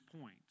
point